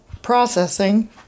processing